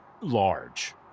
large